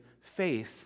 faith